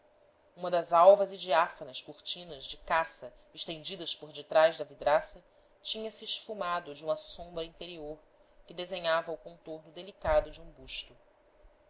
uma das alvas e diáfanas cortinas de cassa estendidas por detrás da vidraça tinha-se esfumado de uma sombra interior que desenhava o contorno delicado de um busto